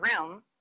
room